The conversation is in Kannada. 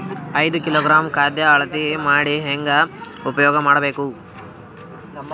ಐದು ಕಿಲೋಗ್ರಾಂ ಖಾದ್ಯ ಅಳತಿ ಮಾಡಿ ಹೇಂಗ ಉಪಯೋಗ ಮಾಡಬೇಕು?